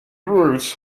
routes